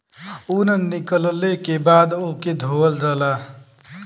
ऊन निकलले के बाद ओके धोवल जाला